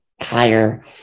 higher